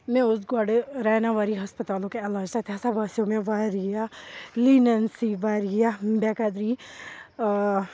مےٚ اوس گۄڈٕ رعناواری ہَسپَتالُک علاج تَتہِ ہَسا باسیٚو مےٚ واریاہ لیٖنٮ۪نسی واریاہ بےٚ قدری